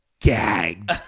Gagged